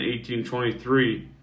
1823